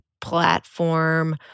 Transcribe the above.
platform